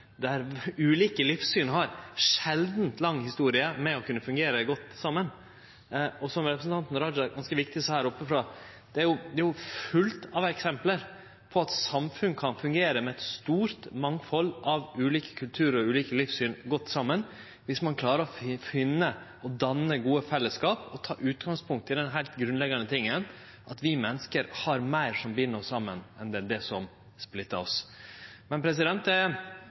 der ulike livssyn har ei sjeldan lang historie med å kunne fungere godt saman. Og som representanten Raja ganske viktig sa her oppe frå: Det er fullt av eksempel på at samfunn kan fungere godt med eit stort mangfald av ulike kulturar og ulike livssyn viss ein klarer å finne og danne gode fellesskap og tek utgangspunkt i den heilt grunnleggjande tingen, at vi menneske har meir som bind oss saman, enn som splittar oss.